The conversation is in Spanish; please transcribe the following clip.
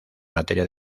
materia